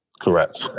Correct